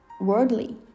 worldly